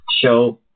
show